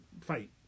fight